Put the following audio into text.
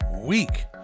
week